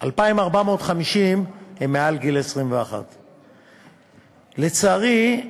2,450 הם מעל גיל 21. לצערי,